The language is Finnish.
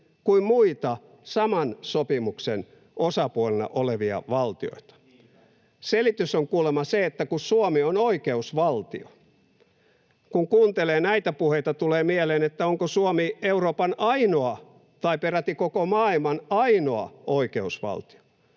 kuin muita saman sopimuksen osapuolena olevia valtioita? Selitys on kuulemma se, että kun Suomi on oikeusvaltio. Kun kuuntelee näitä puheita, tulee mieleen, onko Suomi Euroopan ainoa tai peräti koko maailman ainoa oikeusvaltio.